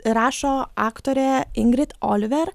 rašo aktorė ingrid oliver